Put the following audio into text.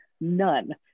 none